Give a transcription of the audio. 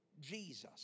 Jesus